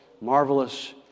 marvelous